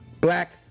Black